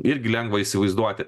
irgi lengva įsivaizduoti